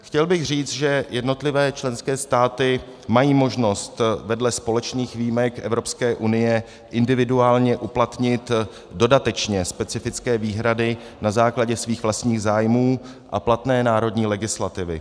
Chtěl bych říct, že jednotlivé členské státy mají možnost vedle společných výjimek Evropské unie individuálně uplatnit dodatečně specifické výhrady na základě svých vlastních zájmů a platné národní legislativy.